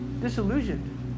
disillusioned